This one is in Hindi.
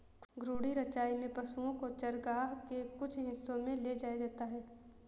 घूर्णी चराई में पशुओ को चरगाह के कुछ हिस्सों में ले जाया जाता है